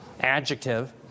adjective